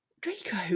Draco